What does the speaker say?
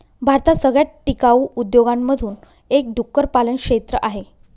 भारतात सगळ्यात टिकाऊ उद्योगांमधून एक डुक्कर पालन क्षेत्र आहे